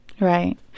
Right